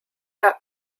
not